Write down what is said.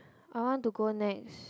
I want to go Nex